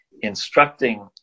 instructing